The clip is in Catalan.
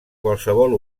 qualsevol